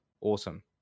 Awesome